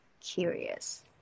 curious